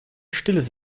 stilles